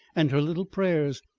and her little prayers.